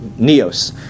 neos